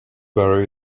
bury